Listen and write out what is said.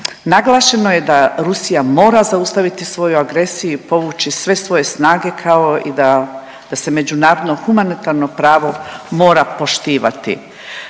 Naglašeno je da Rusija mora zaustaviti svoju agresiju i povući sve svoje snage kao i da se međunarodno humanitarno pravo mora poštivati.